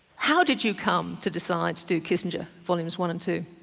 how did you come to decide to do kissinger, volumes one and two?